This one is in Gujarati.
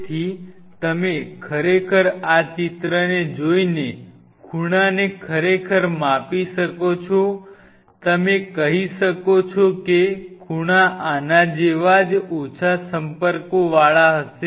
તેથી તમે ખરેખર આ ચિત્રને જોઈને ખૂણાને ખરેખર માપી શકો છો તમે કહી શકો છો કે ખૂણા આના જેવા ખૂબ જ ઓછા સંપર્કો વાળા હશે